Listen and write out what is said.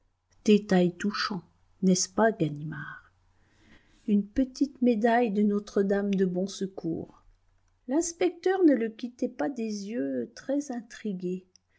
détail touchant n'est-ce pas ganimard une petite médaille de notre dame de bon secours l'inspecteur ne le quittait pas des yeux très intrigué